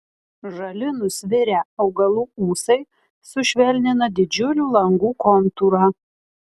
žali nusvirę augalų ūsai sušvelnina didžiulių langų kontūrą